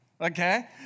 Okay